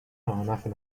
nothing